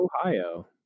ohio